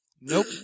Nope